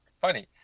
funny